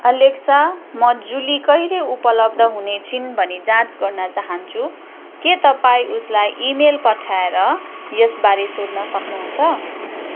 Alexa म Julie कहिले उपलब्ध हुने छिन् भनी जाँच गर्न चाहन्छु के तपाईँ उसलाई इमेल पठाएर यसबारे सोध्न सक्नु हुन्छ